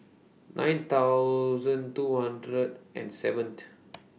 nine thousand two hundred and seventh